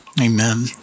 Amen